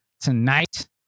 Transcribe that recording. tonight